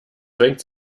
zwängt